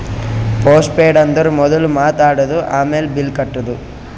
post paid ಅಂದುರ್ ಮೊದುಲ್ ಮಾತ್ ಆಡದು, ಆಮ್ಯಾಲ್ ಬಿಲ್ ಕಟ್ಟದು